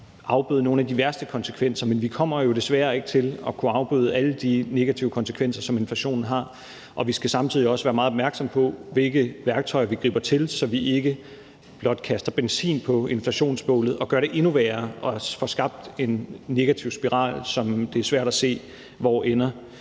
afbøde nogle af de værste konsekvenser; men vi kommer jo desværre ikke til at kunne afbøde alle de negative konsekvenser, som inflationen har. Og vi skal samtidig også være meget opmærksomme på, hvilke værktøjer vi griber til, så vi ikke blot kaster benzin på inflationsbålet og gør det endnu værre og får skabt en negativ spiral, som det er svært at se hvor ender.